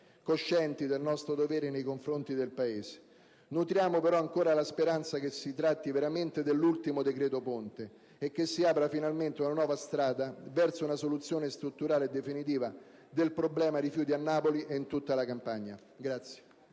coscienti del nostro dovere nei confronti del Paese. Nutriamo però ancora la speranza che si tratti veramente dell'ultimo decreto-ponte e che si apra finalmente una nuova strada verso una soluzione strutturale e definitiva del problema rifiuti a Napoli e in tutta la Campania.